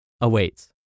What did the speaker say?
awaits